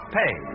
pay